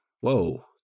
Whoa